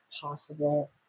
possible